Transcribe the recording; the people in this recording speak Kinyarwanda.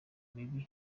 mibi